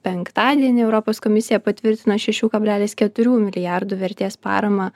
penktadienį europos komisija patvirtino šešių kablelis keturių milijardų vertės paramą